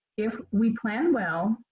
if we plan well,